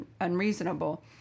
unreasonable